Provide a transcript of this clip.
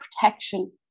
protection